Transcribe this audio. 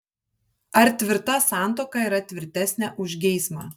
ar tvirta santuoka yra tvirtesnė už geismą